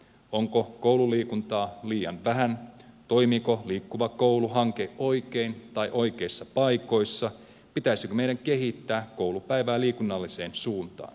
onko koululiikuntaa liian vähän toimiiko liikkuva koulu hanke oikein tai oikeissa paikoissa pitäisikö meidän kehittää koulupäivää liikunnalliseen suuntaan